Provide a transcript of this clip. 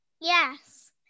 yes